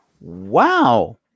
Wow